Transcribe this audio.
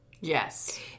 Yes